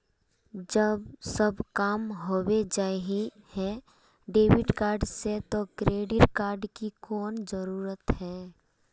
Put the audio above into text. जब सब काम होबे जाय है डेबिट कार्ड से तो क्रेडिट कार्ड की कोन जरूरत है?